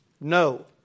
No